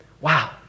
Wow